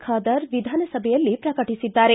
ಖಾದರ್ ವಿಧಾನಸಭೆಯಲ್ಲಿ ಪ್ರಕಟಿಸಿದ್ದಾರೆ